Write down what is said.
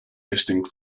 distinct